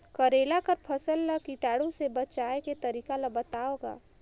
करेला कर फसल ल कीटाणु से बचाय के तरीका ला बताव ग?